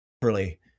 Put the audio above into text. properly